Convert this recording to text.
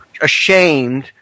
ashamed